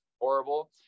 horrible